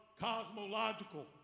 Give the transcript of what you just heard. cosmological